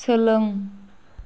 सोलों